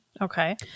Okay